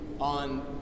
on